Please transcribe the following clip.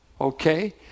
Okay